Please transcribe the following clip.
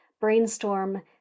brainstorm